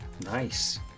Nice